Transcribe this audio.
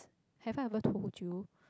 have I ever told you